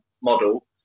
model